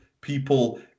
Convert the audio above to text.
people